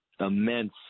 immense